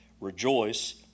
Rejoice